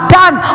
done